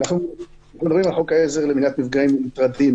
אנחנו מדברים על חוק העזר למניעת מפגעים ומטרדים